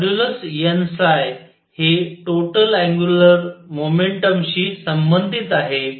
nहे nn हे total angular momentum शी संबंधित आहे